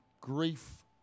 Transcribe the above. Grief